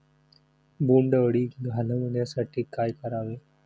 बोंडअळी घालवण्यासाठी काय करावे?